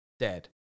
dead